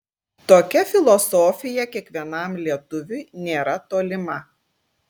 tokia filosofija kiekvienam lietuviui nėra tolima